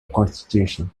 constitution